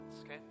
okay